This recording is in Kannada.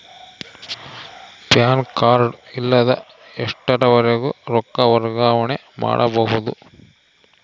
ಪ್ಯಾನ್ ಕಾರ್ಡ್ ಇಲ್ಲದ ಎಷ್ಟರವರೆಗೂ ರೊಕ್ಕ ವರ್ಗಾವಣೆ ಮಾಡಬಹುದು?